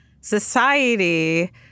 society